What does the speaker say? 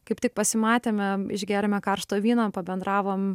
kaip tik pasimatėme išgėrėme karšto vyno pabendravom